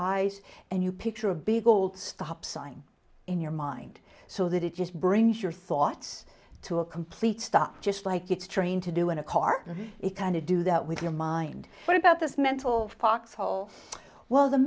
eyes and you picture a big old stop sign in your mind so that it just brings your thoughts to a complete stop just like it's trained to do in a car it kind of do that with your mind what about this mental foxhole well the